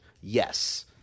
Yes